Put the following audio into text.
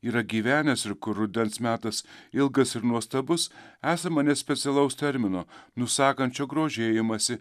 yra gyvenęs ir kur rudens metas ilgas ir nuostabus esama net specialaus termino nusakančio grožėjimąsi